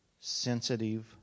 sensitive